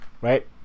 right